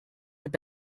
have